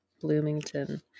Bloomington